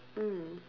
mm